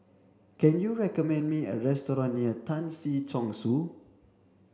can you recommend me a restaurant near Tan Si Chong Su